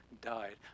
died